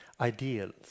ideals